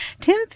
Tim